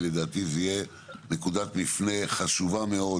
לדעתי זאת תהיה נקודת מפנה חשובה מאוד